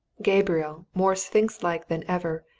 gabriel, more sphinx-like than ever,